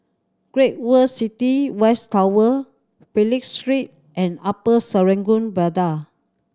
Great World City West Tower Phillip Street and Upper Serangoon Viaduct